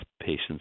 patients